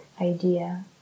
idea